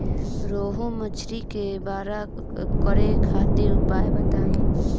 रोहु मछली के बड़ा करे खातिर उपाय बताईं?